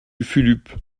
fulup